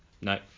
no